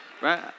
Right